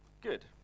Good